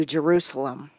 Jerusalem